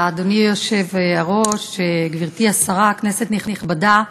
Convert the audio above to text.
אדוני היושב-ראש, גברתי השרה, כנסת נכבדה,